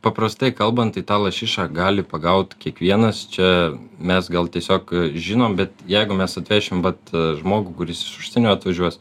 paprastai kalbant tai tą lašišą gali pagaut kiekvienas čia mes gal tiesiog žinom bet jeigu mes atvešim vat žmogų kuris iš užsienio atvažiuos